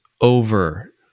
over